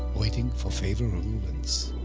waiting for favorable winds.